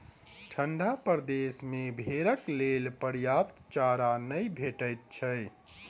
ठंढा प्रदेश मे भेंड़क लेल पर्याप्त चारा नै भेटैत छै